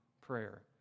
prayer